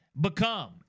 become